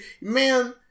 man